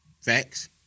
Facts